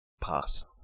pass